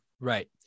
right